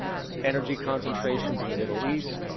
energy concentrations in the middle east,